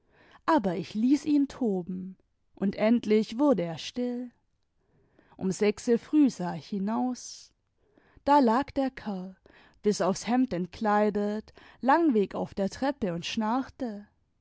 aber ich ließ ihn toben und endlich wurde er still um sechse früh sah ich hinaus da lag der kerl bis aufs hemd entkleidet langweg auf der treppe und schnarchte